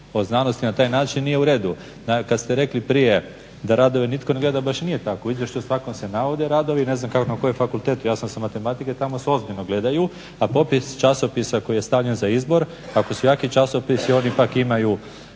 o znanosti na taj način nije u redu. Kad ste rekli prije da radove nitko ne gleda baš i nije tako. U izvješću se navode radovi. Ne znam na kojem fakultetu, ja sam sa matematike, tamo se ozbiljno gledaju, a popis časopisa koji je stavljen za izbor ako su jaki časopisi oni pak imaju